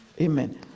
amen